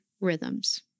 rhythms